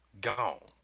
gone